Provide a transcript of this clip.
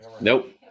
Nope